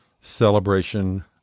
celebration